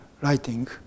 writing